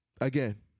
again